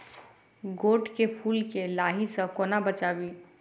गोट केँ फुल केँ लाही सऽ कोना बचाबी?